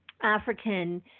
African